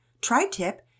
tri-tip